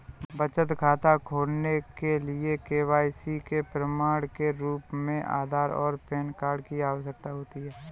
बचत खाता खोलने के लिए के.वाई.सी के प्रमाण के रूप में आधार और पैन कार्ड की आवश्यकता होती है